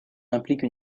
implique